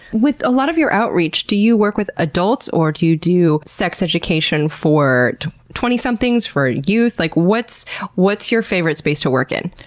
with a lot of your outreach, do you work with adults or do you do sex education for twenty somethings? for youth? like what's what's your favorite space to work in?